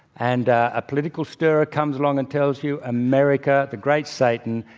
and a political stirrer comes along and tells you america, the great satan,